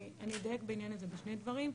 אני אדייק בעניין הזה בשני דברים.